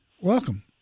welcome